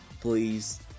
Please